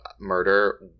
murder